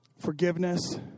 Forgiveness